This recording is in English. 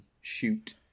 shoot